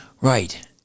Right